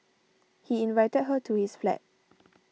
he invited her to his flat